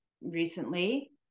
recently